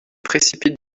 précipite